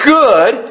good